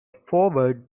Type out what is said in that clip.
foreword